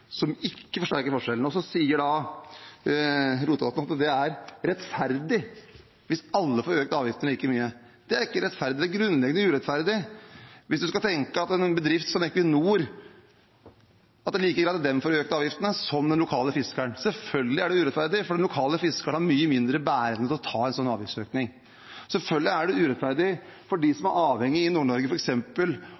som ikke forsterker forskjellene. Så sier Rotevatn at det er rettferdig hvis alle får økt avgiftene like mye. Det er ikke rettferdig. Det er grunnleggende urettferdig – hvis man tenker at det er like greit for en bedrift som Equinor å få økte avgifter som for den lokale fiskeren. Selvfølgelig er det urettferdig, for den lokale fiskeren har mye mindre bæreevne til å ta en sånn avgiftsøkning. Selvfølgelig er det urettferdig f.eks. for dem i Nord-Norge som